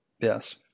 Yes